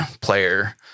player